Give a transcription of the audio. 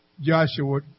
Joshua